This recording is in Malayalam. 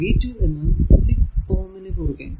v 2 എന്നത് 6 Ω നു കുറുകെ